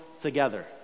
together